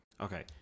okay